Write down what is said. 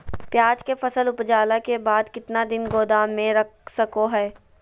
प्याज के फसल उपजला के बाद कितना दिन गोदाम में रख सको हय?